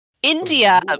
India